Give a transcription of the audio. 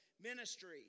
ministry